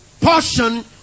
portion